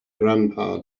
grandpa